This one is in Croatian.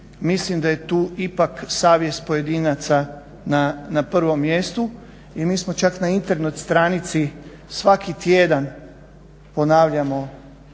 mislim da je tu ipak savjest pojedinaca na prvom mjestu. I mi smo čak na Internet stranici svaki tjedan ponavljamo